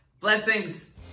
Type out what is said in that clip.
Blessings